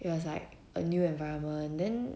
it was like a new environment then